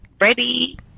ready